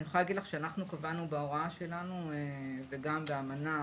אני יכולה להגיד לך שאנחנו קבענו בהוראה שלנו וגם באמנה